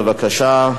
בבקשה.